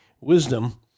wisdom